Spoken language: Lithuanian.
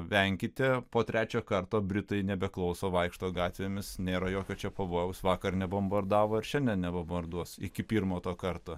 venkite po trečio karto britai nebeklauso vaikšto gatvėmis nėra jokio čia pavojaus vakar nebombardavo ir šiandien nebombarduos iki pirmo to karto